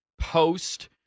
post